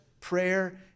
prayer